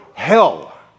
hell